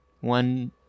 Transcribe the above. One